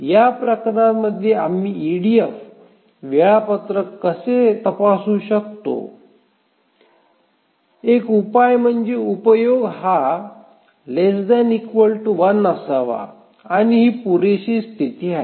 या प्रकरणांमध्ये आम्ही ईडीएफ वेळापत्रक कसे तपासू शकतो एक उपाय म्हणजे उपयोग ≤ 1 असावा आणि ही पुरेशी स्थिती आहे